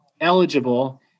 eligible